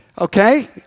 Okay